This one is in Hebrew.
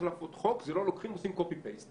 לעשות חוק זה לא שלוקחים ועושים copy-paste.